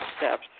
steps